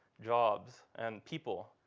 jobs, and people.